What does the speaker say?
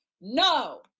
No